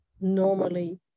normally